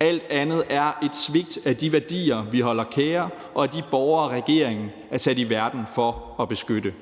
Alt andet er et svigt af de værdier, vi har kær, og af de borgere, regeringen er sat i verden for at beskytte.